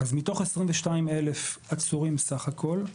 אז מתוך 22,000 עצורים בסך הכול,